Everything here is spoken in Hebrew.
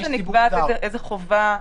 זה לא שנקבעת איזושהי חובה,